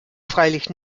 freilich